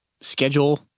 schedule